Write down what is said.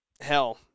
hell